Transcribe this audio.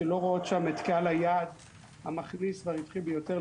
שלא רואות שם את קהל היעד המכניס והרווחי ביותר,